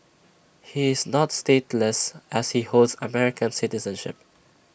he is not stateless as he holds American citizenship